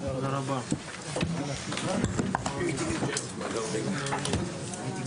הישיבה ננעלה בשעה 11:03.